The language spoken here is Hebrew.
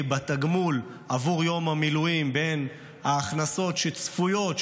בתגמול עבור יום המילואים בין ההכנסות שצפויות,